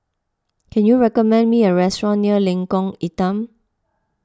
can you recommend me a restaurant near Lengkong Enam